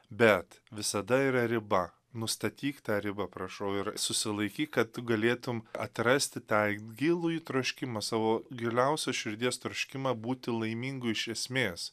bet visada yra riba nustatyk tą ribą prašau ir susilaikyk kad tu galėtum atrasti tą į gilųjį troškimą savo giliausią širdies troškimą būti laimingu iš esmės